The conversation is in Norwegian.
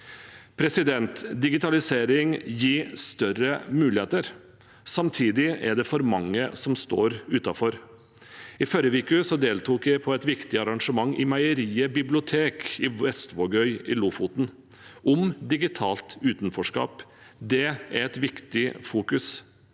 Digitalisering gir større muligheter. Samtidig er det for mange som står utenfor. I forrige uke deltok jeg på et viktig arrangement i Meieriet bibliotek i Vestvågøy i Lofoten om digitalt utenforskap. Det er et viktig fokus.